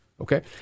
Okay